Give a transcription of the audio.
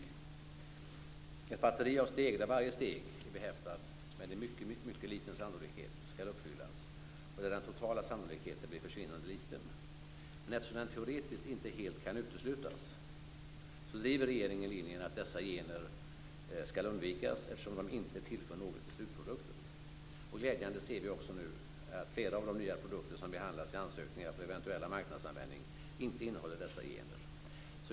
Det är ett batteri av steg där varje steg är behäftat med en mycket liten sannolikhet som skall uppfyllas och där den totala sannolikheten blir försvinnande liten. Eftersom den teoretiskt inte helt kan uteslutas driver regeringen linjen att dessa gener skall undvikas eftersom de inte tillför till slutprodukten. Glädjande ser vi nu att flera av de nya produkter som behandlats vid ansökningar för eventuell marknadsanvändning inte innehåller dessa gener.